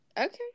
Okay